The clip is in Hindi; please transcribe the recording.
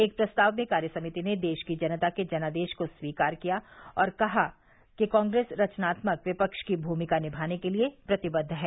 एक प्रस्ताव में कार्य समिति ने देश की जनता के जनादेश को स्वीकार किया और कहा कि कांग्रेस रचनात्मक विपक्ष की भूमिका निभाने के लिए प्रतिबद्व है